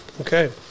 okay